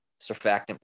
surfactant